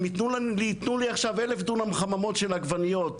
אם יתנו לי עכשיו 1,000 דונם חממות של עגבניות,